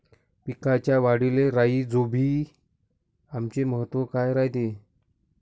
पिकाच्या वाढीले राईझोबीआमचे महत्व काय रायते?